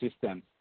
system